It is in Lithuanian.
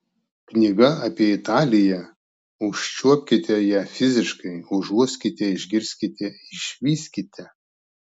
knyga apie italiją užčiuopkite ją fiziškai užuoskite išgirskite išvyskite